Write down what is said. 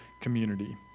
community